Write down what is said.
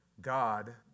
God